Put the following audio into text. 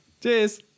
Cheers